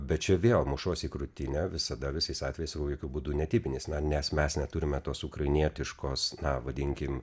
bet čia vėl mušuosi į krūtinę visada visais atvejais jau jokiu būdu netipinis nes mes neturime tos ukrainietiškos na vadinkim